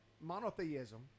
monotheism